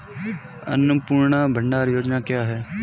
अन्नपूर्णा भंडार योजना क्या है?